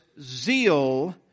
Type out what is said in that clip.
zeal